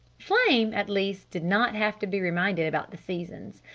flame at least did not have to be reminded about the seasons.